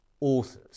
authors